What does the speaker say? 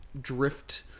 drift